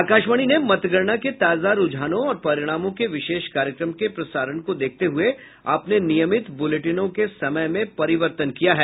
आकाशवाणी ने मतगणना के ताजा रूझानों और परिणामों के विशेष कार्यक्रम के प्रसारण को देखते हुए अपने नियमित बुलेटिनों के समय में परिवर्तन किया है